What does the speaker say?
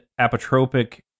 apotropic